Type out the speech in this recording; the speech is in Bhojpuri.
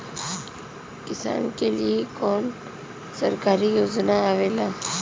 किसान के लिए कवन कवन सरकारी योजना आवेला?